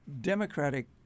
Democratic